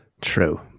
True